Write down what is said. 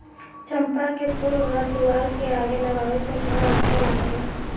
चंपा के फूल घर दुआर के आगे लगावे से घर अच्छा लागेला